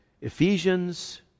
Ephesians